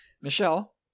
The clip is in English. Michelle